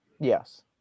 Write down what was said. Yes